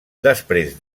després